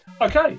okay